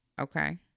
Okay